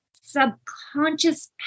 subconscious